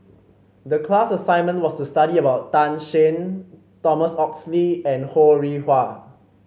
the class assignment was to study about Tan Shen Thomas Oxley and Ho Rih Hwa